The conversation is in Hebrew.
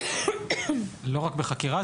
לא רק בחקירה,